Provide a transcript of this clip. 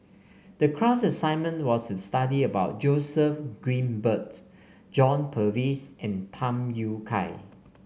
the class assignment was to study about Joseph Grimberg John Purvis and Tham Yui Kai